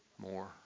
more